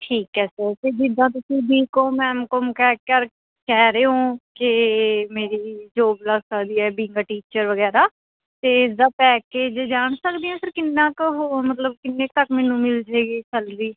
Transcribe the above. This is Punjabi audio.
ਠੀਕ ਹੈ ਸਰ ਅਤੇ ਜਿੱਦਾਂ ਤੁਸੀਂ ਬੀ ਕੋਮ ਐਮ ਕੋਮ ਕਹਿ ਕਰ ਕਹਿ ਰਹੇ ਹੋ ਕਿ ਮੇਰੀ ਜੋਬ ਲੱਗ ਸਕਦੀ ਹੈ ਬੀਂਗ ਏ ਟੀਚਰ ਵਗੈਰਾ ਅਤੇ ਇਸ ਦਾ ਪੈਕੇਜ ਜਾਣ ਸਕਦੇ ਹਾਂ ਸਰ ਕਿੰਨਾ ਕੁ ਉਹ ਮਤਲਬ ਕਿੰਨੇ ਕੁ ਤੱਕ ਮੈਨੂੰ ਮਿਲ ਜਾਏਗੀ ਸੈਲਰੀ